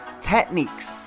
techniques